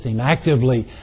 Actively